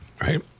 Right